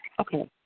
Okay